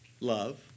Love